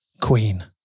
Queen